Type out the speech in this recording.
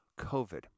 COVID